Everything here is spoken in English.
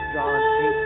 John